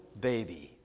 baby